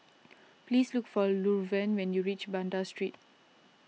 please look for Luverne when you reach Banda Street